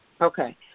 Okay